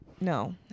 No